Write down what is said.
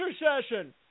intercession